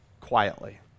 quietly